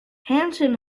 hansen